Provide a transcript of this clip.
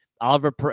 Oliver